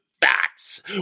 Facts